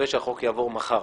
אחרי שהחוק יעבור מחר